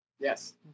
Yes